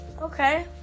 Okay